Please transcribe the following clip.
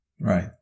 Right